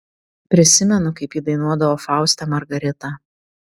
prisimenu kaip ji dainuodavo fauste margaritą